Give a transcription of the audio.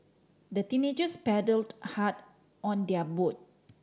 the teenagers paddled hard on their boat